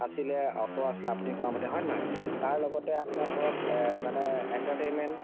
আছিলে অট' আছিলে আপুনি কোৱামতে হয় নহয় তাৰ লগতে আপোনাৰ ধৰক মানে এন্টাৰটেইনমেণ্ট